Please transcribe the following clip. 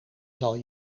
zal